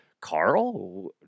Carl